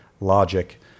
logic